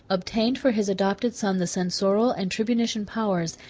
obtained for his adopted son the censorial and tribunitian powers,